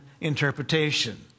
interpretation